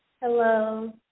Hello